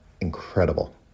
incredible